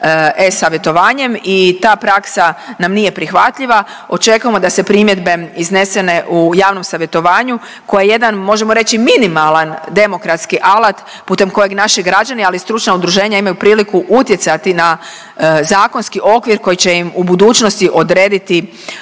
e-savjetovanjem i ta praksa nam nije prihvatljiva. Očekujemo da se primjedbe iznesene u javnom savjetovanju koja je jedan, možemo reći minimalan demokratski alat putem kojeg naši građani ali i stručna udruženja imaju priliku utjecati na zakonski okvir koji će im u budućnosti odrediti